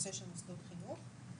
הנושא של מוסדות חינוך.